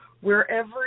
wherever